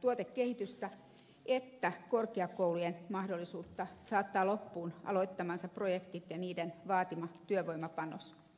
tuotekehitystä että korkeakoulujen mahdollisuutta saattaa loppuun aloittamansa projektit ja niiden vaatima työvoimapanos